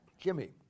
Jimmy